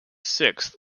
sixth